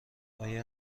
آیا